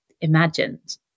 imagined